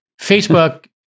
facebook